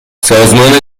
سازمان